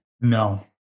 No